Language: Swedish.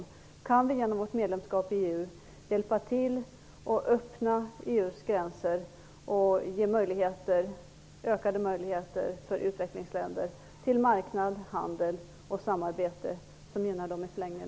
Vi kan i förlängningen genom vårt medlemskap i EU hjälpa till att öppna EU:s gränser och ge ökade möjligheter för utvecklingsländer till marknad, handel och samarbete.